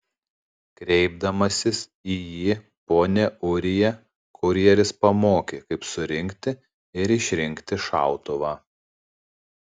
kreipdamasis į jį pone ūrija kurjeris pamokė kaip surinkti ir išrinkti šautuvą